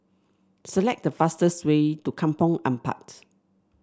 select the fastest way to Kampong Ampat